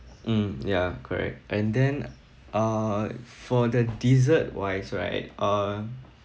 mm ya correct and then uh for the dessert wise right uh